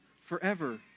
forever